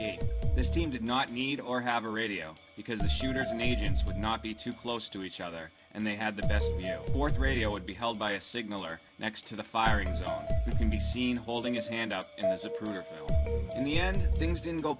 case this team did not need or have a radio because the shooters and agents would not be too close to each other and they had the best radio would be held by a signaller next to the firings can be seen holding his hand up as a prisoner in the end things didn't go